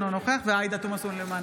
אינו נוכח עאידה תומא סלימאן,